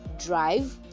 drive